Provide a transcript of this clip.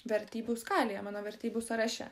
vertybių skalėje mano vertybių sąraše